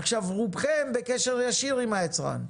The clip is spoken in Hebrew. עכשיו, רובכם בקשר ישיר עם היצרן.